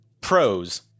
Pros